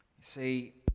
See